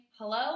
Hello